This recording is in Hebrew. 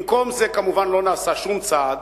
במקום כזה, מובן שלא נעשה שום צעד.